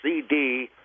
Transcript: CD